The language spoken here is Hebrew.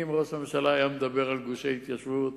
אם ראש הממשלה היה מדבר על גושי התיישבות,